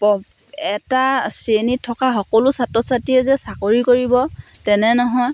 প এটা শ্ৰেণীত থকা সকলো ছাত্ৰ ছাত্ৰীয়ে যে চাকৰি কৰিব তেনে নহয়